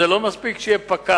זה לא מספיק שיהיה פקח,